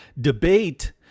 debate